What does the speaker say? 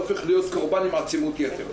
הופך להיות קורבן עם עצימות יתר.